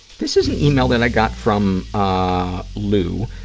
this is an yeah e-mail that i got from ah lou,